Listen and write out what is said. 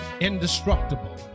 indestructible